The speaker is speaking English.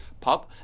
pub